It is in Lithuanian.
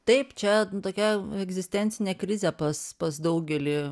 taip čia tokia egzistencinė krizė pas pas daugelį